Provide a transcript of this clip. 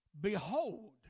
Behold